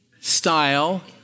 style